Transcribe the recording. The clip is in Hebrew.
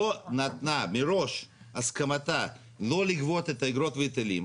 לא נתנה מראש הסכמתה לא לגבות את האגרות והיטלים.